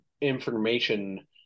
information